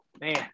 Man